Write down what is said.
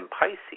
Pisces